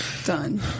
Done